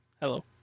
hello